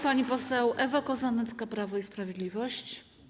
Pani poseł Ewa Kozanecka, Prawo i Sprawiedliwość.